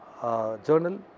journal